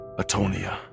Atonia